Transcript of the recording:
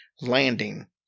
landing